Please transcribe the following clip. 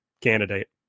candidate